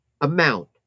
amount